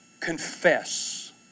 confess